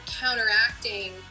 counteracting